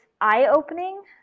eye-opening